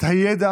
את הידע